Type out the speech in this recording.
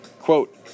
Quote